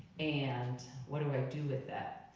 and what do i do with that?